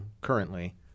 currently